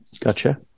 gotcha